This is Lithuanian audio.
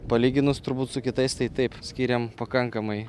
palyginus turbūt su kitais tai taip skiriam pakankamai